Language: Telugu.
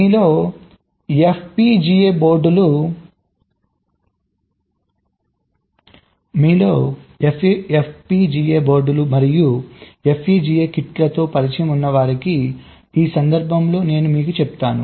మీలో FPGA బోర్డులు మరియు FPGA కిట్లతో పరిచయం ఉన్నవారికి ఈ సందర్భంలో నేను మీకు చెప్తాను